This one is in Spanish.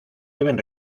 deben